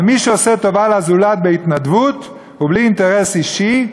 אבל מי שעושה טובה לזולת בהתנדבות ובלי אינטרס אישי,